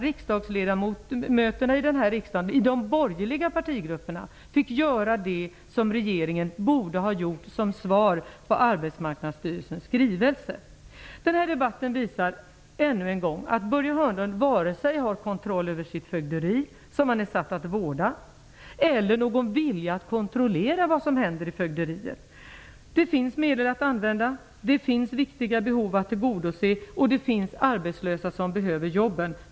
Riksdagsledamöterna i de borgerliga partigrupperna fick alltså göra det som regeringen borde ha gjort som ett svar på Den här debatten visar ännu en gång att Börje Hörnlund inte har vare sig kontroll över det fögderi som han är satt att vårda eller vilja att kontrollera vad som händer i fögderiet. Det finns medel att använda. Det finns viktiga behov att tillgodose. Det finns arbetslösa som behöver jobben.